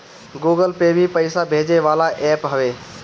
Google Pay भी पईसा भेजे वाला एप्प हवे